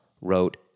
wrote